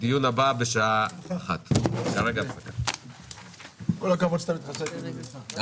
הישיבה ננעלה בשעה 12:25.